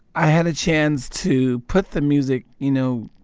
i had a chance to put the music you know,